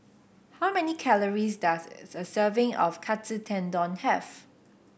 how many calories does a serving of Katsu Tendon have